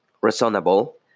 reasonable